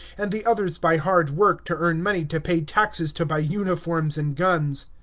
and the others by hard work to earn money to pay taxes to buy uniforms and guns.